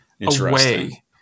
away